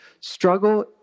struggle